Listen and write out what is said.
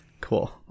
Cool